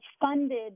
funded